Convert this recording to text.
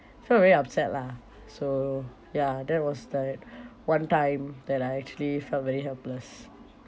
felt very upset lah so ya that was like one time that I actually felt very helpless